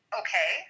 okay